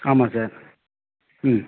ஆமாம் சார் ம்